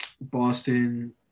Boston